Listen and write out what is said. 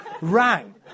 rang